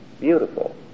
beautiful